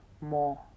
more